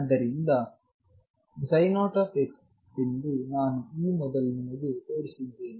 ಆದ್ದರಿಂದ 0 ಎಂದು ನಾನು ಈ ಮೊದಲು ನಿಮಗೆ ತೋರಿಸಿದ್ದೇನೆ